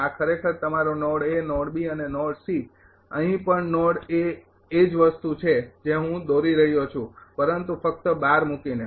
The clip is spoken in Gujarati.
આ ખરેખર તમારો નોડ નોડ અને નોડ અહીં પણ નોડ એ જ વસ્તુ છે જે હું દોરી રહ્યો છું પરંતુ ફક્ત બાર મુકીને